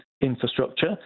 infrastructure